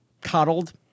coddled